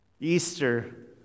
Easter